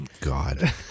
God